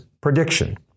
prediction